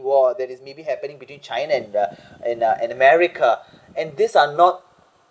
war that is maybe happening between china and uh and uh and america and this are not